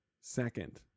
Second